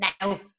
now